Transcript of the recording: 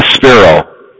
Sparrow